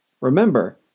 Remember